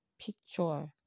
picture